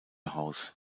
haus